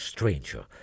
Stranger